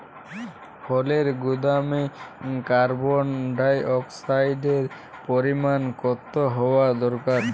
ফলের গুদামে কার্বন ডাই অক্সাইডের পরিমাণ কত হওয়া দরকার?